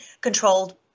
controlled